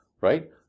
right